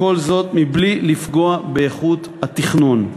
וכל זאת בלי לפגוע באיכות התכנון.